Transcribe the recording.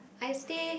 I stay